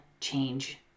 change